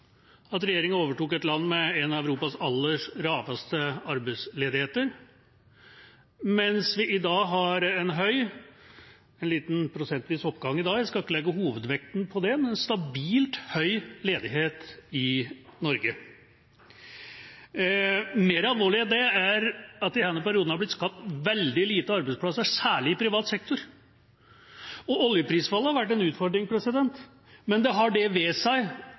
at regjeringa overtok et land med en av Europas aller laveste arbeidsledigheter, mens vi i dag har en stabilt høy ledighet i Norge, en liten prosentvis oppgang i dag – jeg skal ikke legge hovedvekten på det. Mer alvorlig enn det er at det i denne perioden er blitt skapt veldig få arbeidsplasser, særlig i privat sektor. Oljeprisfallet har vært en utfordring, men det har det ved seg